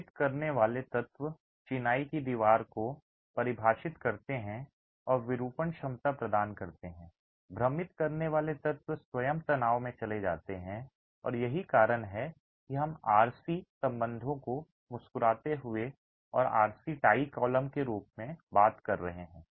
भ्रमित करने वाले तत्व चिनाई की दीवार को परिभाषित करते हैं और विरूपण क्षमता प्रदान करते हैं भ्रमित करने वाले तत्व स्वयं तनाव में चले जाते हैं और यही कारण है कि हम आरसी संबंधों को मुस्कराते हुए और आरसी टाई कॉलम के रूप में बात कर रहे हैं